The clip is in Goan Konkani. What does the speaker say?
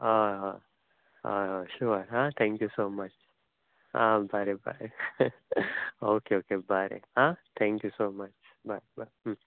हय हय हय शुवर हा थँक्यू सो मच हा बरें बरें ओके ओके बरें हा थँक्यू सो मच बाय